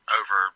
over